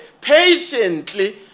patiently